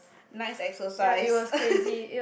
nice exercise